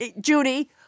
Judy